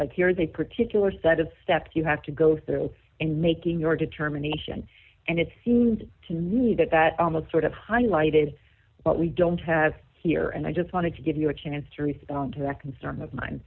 like here's a particular set of steps you have to go through in making your determination and it seemed to me that that almost sort of highlighted what we don't have here and i just wanted to give you a chance to respond to that concern of mine